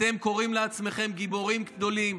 אתם קוראים לעצמכם גיבורים גדולים